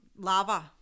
lava